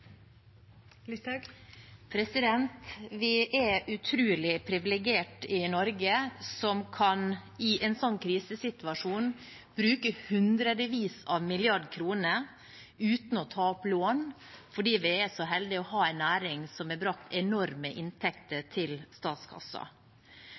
Vi er utrolig privilegerte i Norge som i en sånn krisesituasjon kan bruke hundrevis av milliarder kroner uten å ta opp lån, fordi vi er så heldige å ha en næring som har brakt enorme inntekter